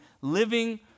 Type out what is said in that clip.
living